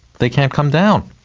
they can't come down.